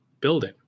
building